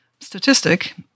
statistic